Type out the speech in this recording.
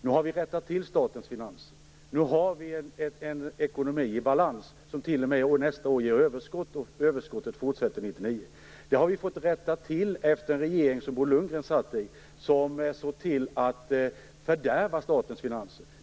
Nu har vi rättat till statens finanser - nu har vi en ekonomi i balans som t.o.m. i år och nästa år ger ett överskott, som också fortsätter under 1999. Detta har vi fått rätta till efter den regering som Bo Lundgren satt i, och som såg till att fördärva statens finanser.